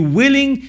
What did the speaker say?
willing